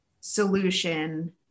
solution